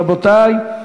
רבותי,